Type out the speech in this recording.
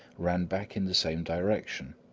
ran back in the same direction.